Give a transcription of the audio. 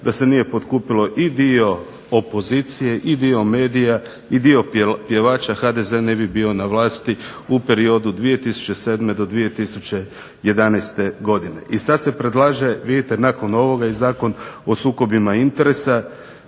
da se nije potkupilo i dio opozicije i dio medija i dio pjevača HDZ ne bi bio na vlasti u periodu 2007. do 2011. godine. I sad se predlaže, vidite nakon ovoga i Zakon o sukobima o interesa.